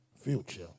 future